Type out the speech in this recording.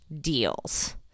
deals